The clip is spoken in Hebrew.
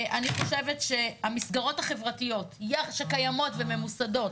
אני חושבת שהמסגרות החברתיות שקיימות וממוסדות,